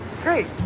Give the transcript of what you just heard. Great